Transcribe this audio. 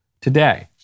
today